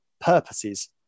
purposes